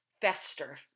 Fester